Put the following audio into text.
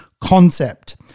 concept